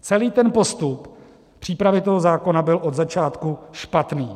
Celý postup přípravy toho zákona byl od začátku špatný.